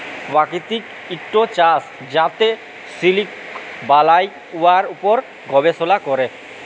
পাকিতিক ইকট চাষ যাতে সিলিক বালাই, উয়ার উপর গবেষলা ক্যরে